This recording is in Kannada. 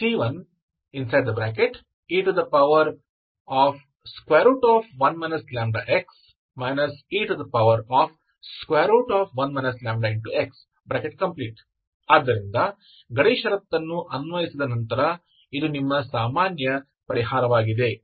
yxexc1e1 λx e1 λx ಆದ್ದರಿಂದ ಗಡಿ ಷರತ್ತನ್ನು ಅನ್ವಯಿಸಿದ ನಂತರ ಇದು ನಿಮ್ಮ ಸಾಮಾನ್ಯ ಪರಿಹಾರವಾಗಿದೆ